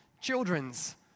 children's